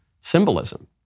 symbolism